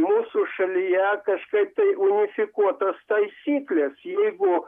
mūsų šalyje kažkaip tai unifikuotos taisyklės jeigu